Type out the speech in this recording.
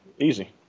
easy